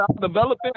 developing